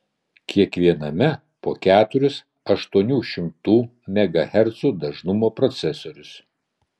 kiekviename po keturis aštuonių šimtų megahercų dažnumo procesorius